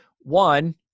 one